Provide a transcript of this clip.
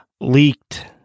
leaked